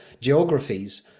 geographies